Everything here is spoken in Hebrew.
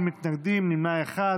בעד, שבעה, אין מתנגדים, נמנע אחד.